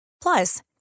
Plus